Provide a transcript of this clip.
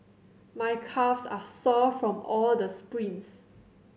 my calves are sore from all the sprints